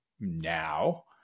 Now